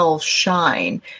shine